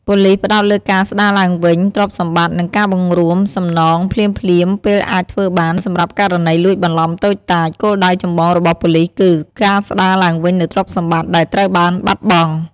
ប៉ូលិសផ្តោតលើការស្ដារឡើងវិញទ្រព្យសម្បត្តិ និងការបង្រួមសំណងភ្លាមៗពេលអាចធ្វើបាន សម្រាប់ករណីលួចបន្លំតូចតាច គោលដៅចម្បងរបស់ប៉ូលិសគឺ ការស្ដារឡើងវិញនូវទ្រព្យសម្បត្តិ ដែលត្រូវបានបាត់បង់។